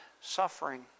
suffering